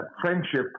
friendship